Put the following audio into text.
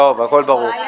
ברור.